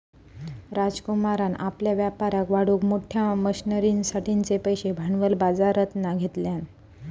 राजकुमारान आपल्या व्यापाराक वाढवूक मोठ्या मशनरींसाठिचे पैशे भांडवल बाजरातना घेतल्यान